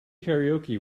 karaoke